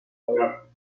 euro